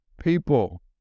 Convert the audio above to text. people